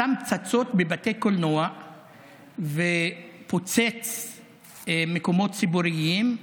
שם פצצות בבתי קולנוע ופוצץ מקומות ציבוריים.